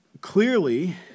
clearly